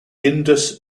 indus